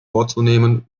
vorzunehmen